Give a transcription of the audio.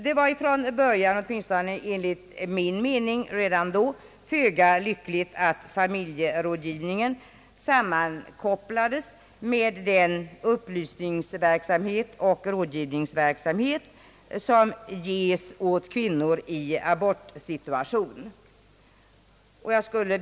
Det var från början, åtminstone enligt min mening, föga lyckligt att familjerådgivningen sammankopplades med den upplysningsverksamhet och rådgivningsverksamhet som ges åt kvinnor i abortsituation.